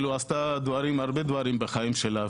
היא עשתה הרבה דברים בחיים שלה.